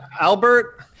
Albert